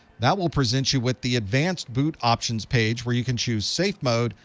that will present you with the advanced boot options page, where you can choose safe mode,